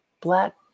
black